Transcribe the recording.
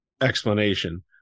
explanation